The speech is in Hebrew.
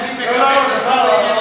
אלקין מכהן כשר לענייני